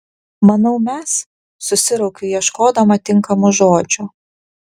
manau mes susiraukiu ieškodama tinkamų žodžių